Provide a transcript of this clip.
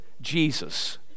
Jesus